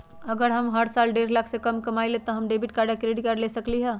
अगर हम हर साल डेढ़ लाख से कम कमावईले त का हम डेबिट कार्ड या क्रेडिट कार्ड ले सकली ह?